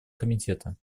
комитета